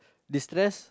destress